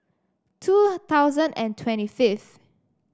two thousand and twenty fifth